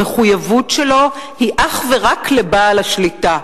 המחויבות שלו היא אך ורק לבעל השליטה,